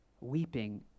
Weeping